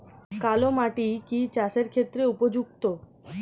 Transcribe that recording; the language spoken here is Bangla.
কালো মাটি কি চাষের ক্ষেত্রে উপযুক্ত?